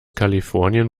kalifornien